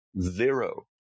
Zero